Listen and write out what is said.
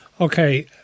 Okay